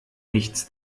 nichts